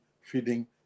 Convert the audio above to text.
feeding